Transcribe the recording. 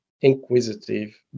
inquisitive